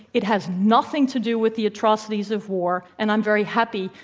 it has nothing to do with the atrocities of war, and i'm very happy,